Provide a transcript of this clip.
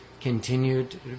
continued